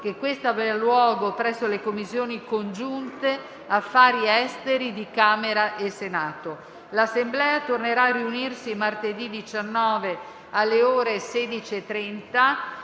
che questa avrà luogo presso le Commissioni congiunte affari esteri di Camera e Senato. L'Assemblea tornerà a riunirsi martedì 19 gennaio, alle ore 16,30,